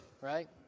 right